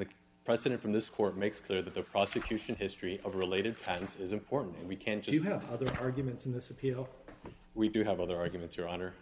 the president from this court makes clear that the prosecution history of related patents is important and we can show you have other arguments in this appeal we do have other arguments your honor